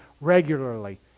regularly